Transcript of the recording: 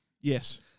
Yes